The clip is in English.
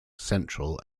central